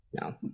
no